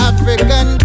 African